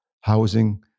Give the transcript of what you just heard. housing